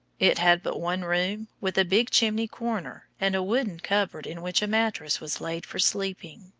it had but one room, with a big chimney-corner and a wooden cupboard in which a mattress was laid for sleeping.